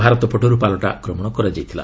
ଭାରତ ପଟରୁ ପାଲଟା ଆକ୍ରମଣ କରାଯାଇଥିଲା